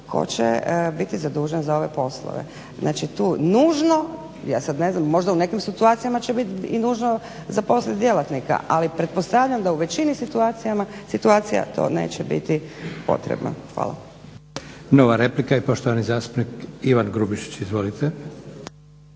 tko će biti zadužen za ove poslove. znači tu nužno, ja sada ne znam možda u nekim situacijama će biti nužno zaposliti djelatnika, ali pretpostavljam da u većini situacija to neće biti potrebno. Hvala. **Leko, Josip (SDP)** Nova replika i poštovani zastupnik Ivan Grubišić. Izvolite.